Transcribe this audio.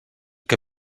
que